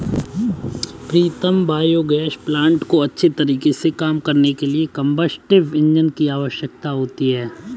प्रीतम biogas plant को अच्छे तरीके से काम करने के लिए कंबस्टिव इंजन की आवश्यकता होती है